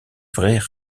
vrais